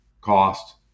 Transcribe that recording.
cost